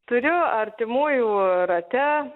turiu artimųjų rate